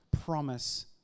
promise